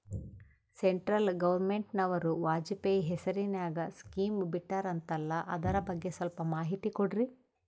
Central ಗವರ್ನಮೆಂಟನವರು ವಾಜಪೇಯಿ ಹೇಸಿರಿನಾಗ್ಯಾ scheme ಬಿಟ್ಟಾರಂತಲ್ಲ ಅದರ ಬಗ್ಗೆ ಸ್ವಲ್ಪ ಮಾಹಿತಿ ಕೊಡ್ರಿ?